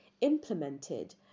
implemented